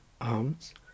arms